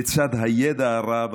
לצד הידע הרב,